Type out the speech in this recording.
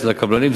לקבלנים,